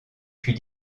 puis